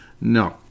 No